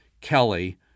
Kelly